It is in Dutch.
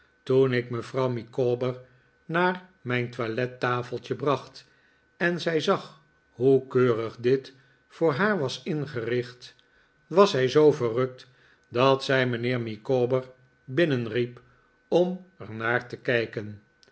toen ik mevrouw micawber naar mijn toillettafeltje bracht en zij zag hoe keurig dit voor haar was ingericht was zij zoo verrukt dat zij mijnheer micawber binnenriep om er naar te kijken